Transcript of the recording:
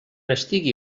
estigui